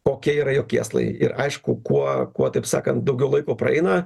kokie yra jo kėslai ir aišku kuo kuo taip sakant daugiau laiko praeina